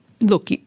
look